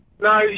No